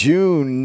June